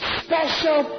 special